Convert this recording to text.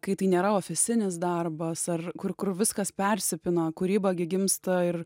kai tai nėra ofisinis darbas ar kur kur viskas persipina kūryba gi gimsta ir